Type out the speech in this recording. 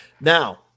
Now